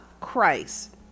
Christ